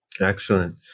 Excellent